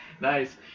Nice